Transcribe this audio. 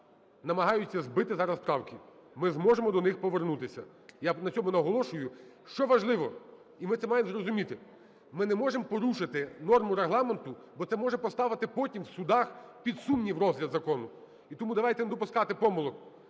намагаються збити зараз правки. Ми зможемо до них повернутися, я на цьому наголошую. Що важливо, і ми це маємо зрозуміти. Ми не можемо порушити норму Регламенту, бо це може поставити потім в судах під сумнів розгляд закону. І тому давайте не допускати помилок,